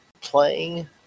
playing